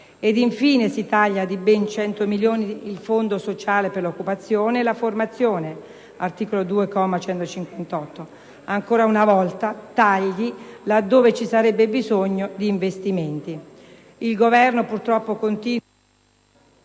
Infine, si taglia di ben 100 milioni il Fondo sociale per l'occupazione e la formazione (articolo 2, comma 158): ancora una volta tagli laddove ci sarebbe bisogno di investimenti. Il Governo, purtroppo continua a